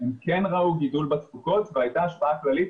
הם כן ראו גידול בתפוקות והייתה השפעה כללית